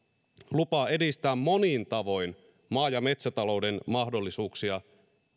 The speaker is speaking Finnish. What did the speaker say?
lupaa edistää monin tavoin maa ja metsätalouden mahdollisuuksia